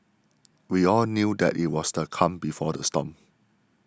we all knew that it was the calm before the storm